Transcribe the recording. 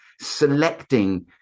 selecting